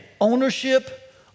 ownership